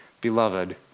Beloved